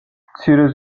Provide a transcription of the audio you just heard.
მცირე